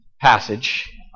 passage